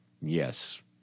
Yes